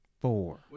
Four